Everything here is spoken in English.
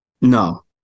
No